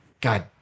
God